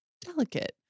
delicate